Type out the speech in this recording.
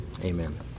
Amen